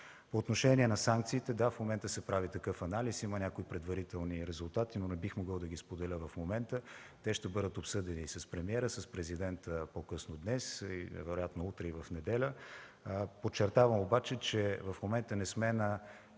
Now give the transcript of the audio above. По отношение на санкциите. Да, в момента се прави такъв анализ. Има някои предварителни резултати, но не бих могъл да ги споделя в момента. Те ще бъдат обсъдени с премиера, с президента – по-късно днес или вероятно утре и в неделя. Подчертавам обаче, че в момента не сме на